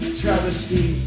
travesty